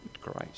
Christ